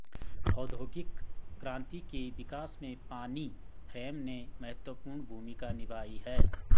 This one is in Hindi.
औद्योगिक क्रांति के विकास में पानी फ्रेम ने महत्वपूर्ण भूमिका निभाई है